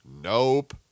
Nope